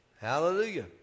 Hallelujah